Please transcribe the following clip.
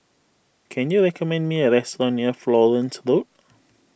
can you recommend me a restaurant near Florence Road